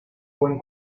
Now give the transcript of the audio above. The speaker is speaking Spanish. buen